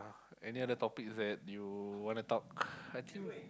any other topics that you wanna talk I think